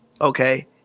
Okay